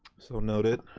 so noted.